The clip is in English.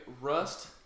rust